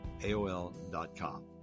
aol.com